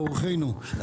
אורחים יקרים,